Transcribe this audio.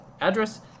address